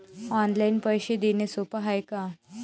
Online पैसे देण सोप हाय का?